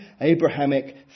Abrahamic